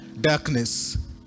darkness